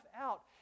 out